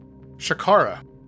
Shakara